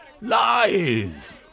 Lies